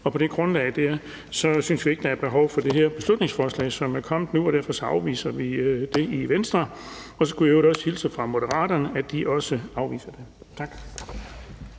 og på det grundlag synes vi ikke, der er behov for det her beslutningsforslag, som er kommet nu. Derfor afviser vi det i Venstre, og så skulle jeg i øvrigt også hilse fra Moderaterne og sige, at de også afviser det. Tak.